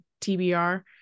TBR